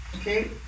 Okay